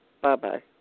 Bye-bye